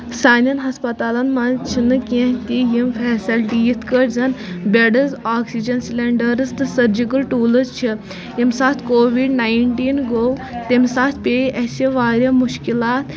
سانٮ۪ن ہَسپتالَن منٛز چھِنہٕ کینٛہہ تہِ یِم فیسَلٹی یِتھ کٲٹھۍ زَن بیڈَس آکسیجَن سِلینڈَرٕز تہٕ سٔرجِکٕل ٹوٗلٕز چھِ ییٚمہِ ساتہٕ کووِڈ ناینٹیٖن گوٚو تمہِ ساتہٕ پیٚیہِ اَسہِ واریاہ مُشکلات